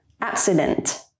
Accident